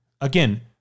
Again